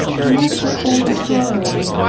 he never took all the straw away,